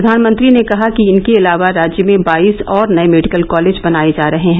प्रधानमंत्री ने कहा कि इनके अलावा राज्य में बाईस और नये मेडिकल कॉलेज बनाये जा रहे हैं